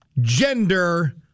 gender